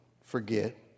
forget